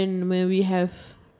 uh back in the day